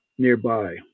Nearby